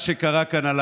והפכתם את עורכם